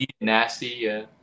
Nasty